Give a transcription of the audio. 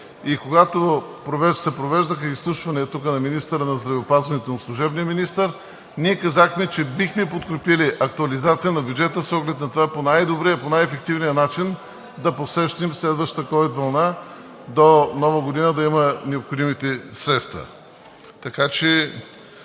Когато тук се провеждаха изслушвания на служебния министъра на здравеопазването, ние казахме, че бихме подкрепили актуализация на бюджета с оглед на това по най-добрия, по най-ефективния начин да посрещнем следващата ковид вълна, до Нова година да има необходимите средства.